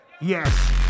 Yes